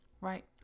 Right